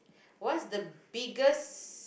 what's the biggest